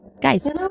guys